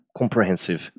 comprehensive